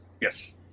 Yes